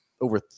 Over